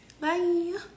Bye